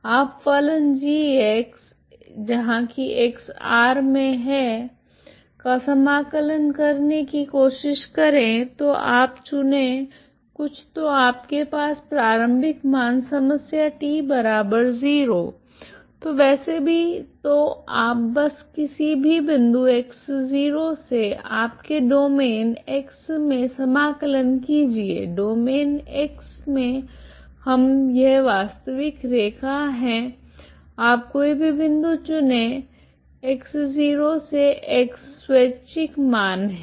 आप फलन g x∈R का समाकलन करने की कोशिश करे तो आप चुने कुछ तो आपके पास प्रारंभिक मान समस्या t 0 तो वैसे भी तो आप बस किसी भी बिंदु x0 से आपके डोमैन x मे समाकलन कीजिए डोमैन x में हम यह वास्तविक रेखा हैं आप कोई भी बिंदु चुने x0 से x x स्वैच्छिक मान है